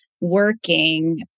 working